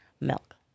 Milk